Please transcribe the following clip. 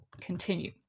continue